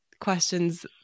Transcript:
Questions